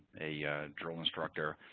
a drill instructor.